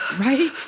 Right